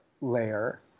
layer